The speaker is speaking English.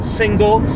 single